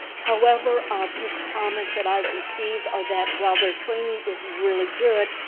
however, a few comments that i have received are that while their training is really good,